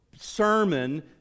sermon